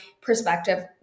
perspective